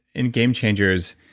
in game changers,